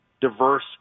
diverse